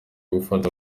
gufata